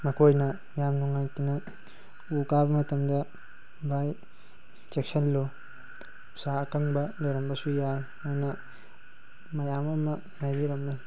ꯃꯈꯣꯏꯅ ꯌꯥꯝ ꯅꯨꯡꯉꯥꯏꯇꯅ ꯎ ꯀꯥꯕ ꯃꯇꯝꯗ ꯕꯥꯏ ꯆꯦꯛꯁꯤꯜꯂꯨ ꯎꯁꯥ ꯑꯀꯪꯕ ꯂꯩꯔꯝꯕꯁꯨ ꯌꯥꯏ ꯍꯥꯏꯅ ꯃꯌꯥꯝ ꯑꯃ ꯍꯥꯏꯕꯤꯔꯝꯃꯤ